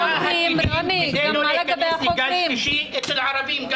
לא להכנס לגל שלישי אצל הערבים,